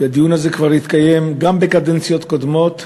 הדיון הזה כבר התקיים גם בקדנציות קודמות,